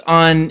on